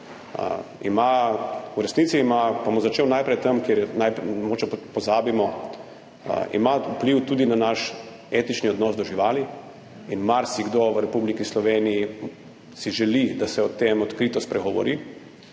V resnici ima, pa bom začel najprej tam, kjer mogoče pozabimo, vpliv tudi na naš etični odnos do živali in marsikdo v Republiki Sloveniji si želi, da se o tem odkrito spregovori.